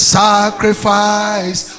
sacrifice